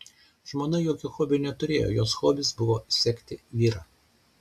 žmona jokio hobio neturėjo jos hobis buvo sekti vyrą